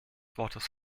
wortes